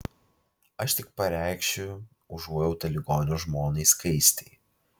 aš tik pareikšiu užuojautą ligonio žmonai skaistei